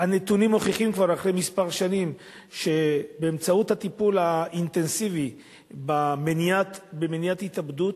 הנתונים מוכיחים שבאמצעות הטיפול האינטנסיבי במניעת התאבדות,